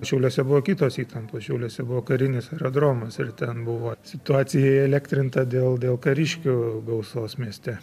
šiauliuose buvo kitos įtampos šiauliuose buvo karinis aerodromas ir ten buvo situacija įelektrinta dėl dėl kariškių gausos mieste